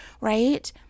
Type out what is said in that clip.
right